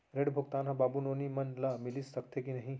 ऋण भुगतान ह बाबू नोनी मन ला मिलिस सकथे की नहीं?